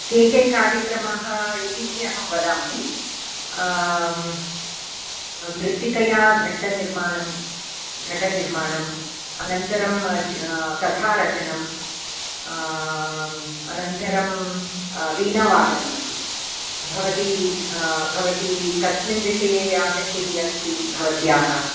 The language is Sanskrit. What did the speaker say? के के कार्यक्रमाः इति अहं वदामि मृत्तिकया घटनिर्माणं घटनिर्माणम् अनन्तरं कथारचनम् अनन्तरं वीणावादनम् अपि भवती भवती कस्मिन् विषये आसक्तिः अस्ति भवत्याः